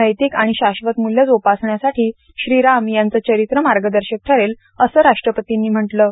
नैतिक आणि शाश्वत मूल्य जोपासण्यासाठी श्री राम यांचे चरित्र मार्गदर्शक ठरेल असे राष्ट्रपतींनी म्हटले आहे